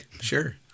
sure